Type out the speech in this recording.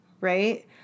right